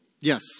Yes